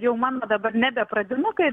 jau mano dabar nebe pradinukai